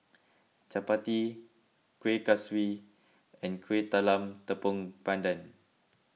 Chappati Kueh Kaswi and Kueh Talam Tepong Pandan